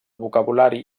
vocabulari